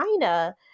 China